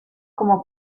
como